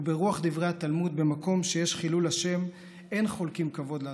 וברוח דברי התלמוד "במקום שיש חילול השם אין חולקין כבוד לרב",